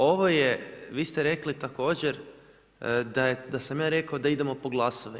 Ovdje je, vi ste rekli također da sam ja rekao da idemo po glasove.